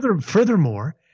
Furthermore